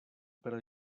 per